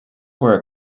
were